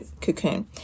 cocoon